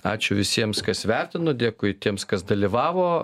ačiū visiems kas vertino dėkui tiems kas dalyvavo